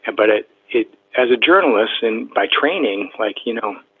ah but at it as a journalist and by training, like, you know,